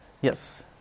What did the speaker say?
Yes